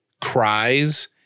cries